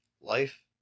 Life